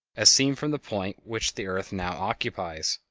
as seen from the point which the earth now occupies,